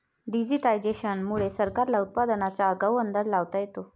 digitisation मुळे सरकारला उत्पादनाचा आगाऊ अंदाज लावता येतो